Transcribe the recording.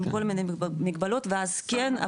עם כל מיני מגבלות ואז כן,